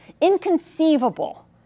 inconceivable